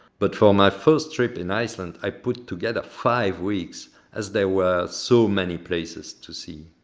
but for my first trip in iceland, i put together five weeks as there were so many places to see.